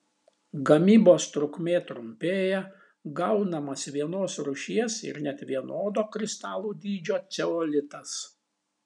gamybos trukmė trumpėja gaunamas vienos rūšies ir net vienodo kristalų dydžio ceolitas